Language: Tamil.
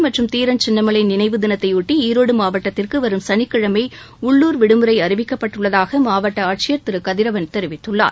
ஆடிக்பெருக்கு மற்றும் தீரன் சின்னமலை நினைவு தினத்தையொட்டி ஈரோடு மாவட்டத்திற்கு வரும் சனிக்கிழமை உள்ளூர் விடுமுறை அறிவிக்கப்பட்டுள்ளதாக மாவட்ட ஆட்சியர் திரு கதிரவன் தெிவித்துள்ளார்